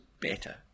better